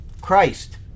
Christ